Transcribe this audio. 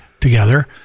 together